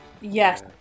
yes